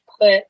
put